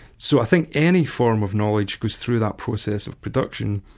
so i think any form of knowledge goes through that process of production,